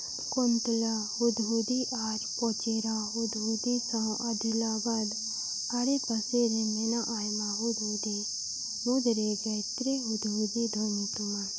ᱠᱩᱱᱛᱚᱞᱟ ᱦᱩᱫᱽᱦᱩᱫᱤ ᱟᱨ ᱯᱚᱪᱮᱨᱟ ᱦᱩᱫᱽᱦᱩᱫᱤ ᱥᱟᱶ ᱟᱫᱤᱞᱟᱵᱟᱫ ᱟᱰᱮᱯᱟᱥᱮ ᱨᱮ ᱢᱮᱱᱟᱜ ᱟᱭᱢᱟ ᱦᱩᱫᱽᱦᱩᱫᱤ ᱢᱩᱫᱽᱨᱮ ᱜᱟᱭᱚᱛᱨᱤ ᱦᱩᱫᱽᱦᱩᱫᱤ ᱫᱚ ᱧᱩᱛᱩᱢᱟᱱ